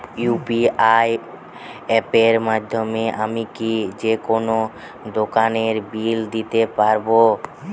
UPI অ্যাপের মাধ্যমে আমি কি যেকোনো দোকানের বিল দিতে পারবো?